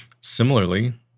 Similarly